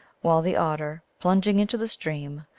while the otter, plunging into the stream,